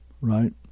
right